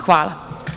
Hvala.